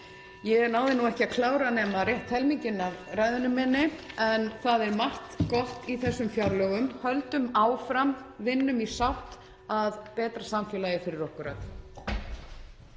Ég náði ekki að klára nema rétt helminginn af ræðu minni (Forseti hringir.) en það er margt gott í þessu fjárlögum. Höldum áfram, vinnum í sátt að betra samfélagi fyrir okkur öll.